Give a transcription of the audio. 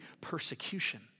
persecution